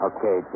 Okay